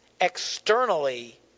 externally